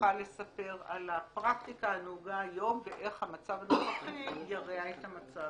שתוכל לספר על הפרקטיקה הנהוגה היום ואיך המצב הנוכחי ירע את המצב,